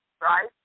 Right